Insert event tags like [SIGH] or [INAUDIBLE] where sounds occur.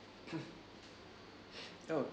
[COUGHS] [BREATH] oh